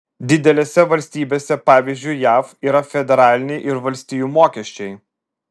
didelėse valstybėse pavyzdžiui jav yra federaliniai ir valstijų mokesčiai